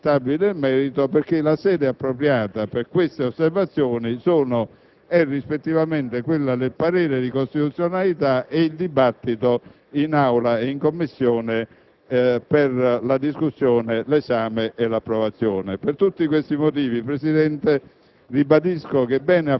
e scelte inaccettabili nel merito, perché le sedi appropriate per svolgere queste osservazioni sono, rispettivamente, quella del parere di costituzionalità e il dibattito in Aula e in Commissione per la discussione, l'esame e l'approvazione. Per tutti questi motivi, signor Presidente,